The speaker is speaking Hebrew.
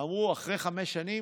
אמרו: אחרי חמש שנים